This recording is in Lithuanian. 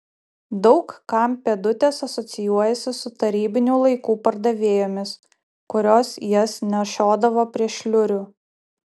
daug kam pėdutės asocijuojasi su tarybinių laikų pardavėjomis kurios jas nešiodavo prie šliurių